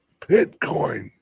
Bitcoin